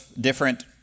different